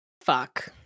Fuck